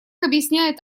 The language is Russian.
объясняет